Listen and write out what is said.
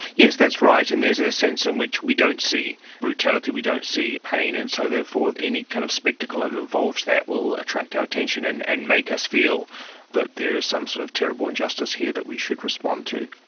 yes, that's right. and there's a sense in which we don't see brutality, we don't see pain, and so therefore any kind of spectacle that and involves that will attract our attention and and make us feel that there is some sort of terrible injustice here that we should respond to.